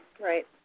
Right